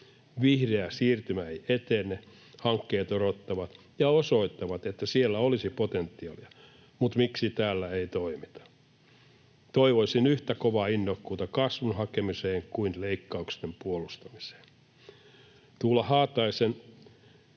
Vihreä siirtymä ei etene. Hankkeet odottavat ja osoittavat, että siellä olisi potentiaalia, mutta miksi täällä ei toimita? Toivoisin yhtä kovaa innokkuutta kasvun hakemiseen kuin leikkausten puolustamiseen. Tuula Haataisen